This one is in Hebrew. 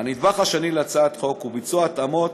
הנדבך השני להצעת החוק הוא ביצוע התאמות